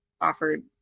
offered